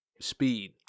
speed